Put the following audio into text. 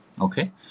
Okay